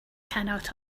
cannot